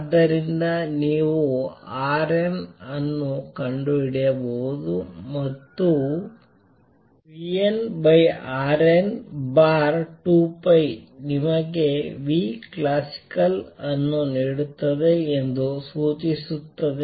ಆದ್ದರಿಂದ ನೀವು rn ಅನ್ನು ಕಂಡುಹಿಡಿಯಬಹುದು ಮತ್ತು vnrn2π ನಿಮಗೆ classical ಅನ್ನು ನೀಡುತ್ತದೆ ಎಂದು ಸೂಚಿಸುತ್ತದೆ